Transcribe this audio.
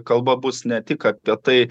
kalba bus ne tik apie tai